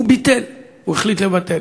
הוא ביטל, הוא החליט לבטל.